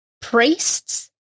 priests